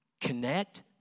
connect